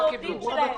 שמענו.